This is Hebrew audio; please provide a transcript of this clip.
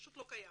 פשוט לא קיים.